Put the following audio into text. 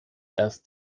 erst